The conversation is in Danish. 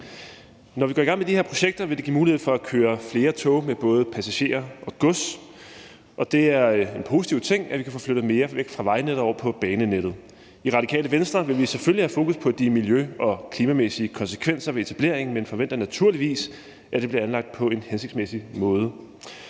Når vi går i gang med de her projekter, vil det give mulighed for, at der kan køre flere tog med både passagerer og gods, og det er en positiv ting, at vi kan få flyttet mere trafik væk fra vejene og over på banenettet. I Radikale Venstre vil vi selvfølgelig have fokus på de miljø- og klimamæssige konsekvenser ved etableringen, men forventer naturligvis, at det bliver anlagt på en hensigtsmæssig måde.